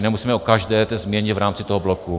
Nemusíme o každé té změně v rámci toho bloku.